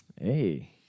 hey